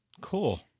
Cool